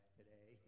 today